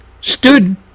stood